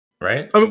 right